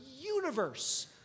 universe